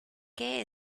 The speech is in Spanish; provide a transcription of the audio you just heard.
qué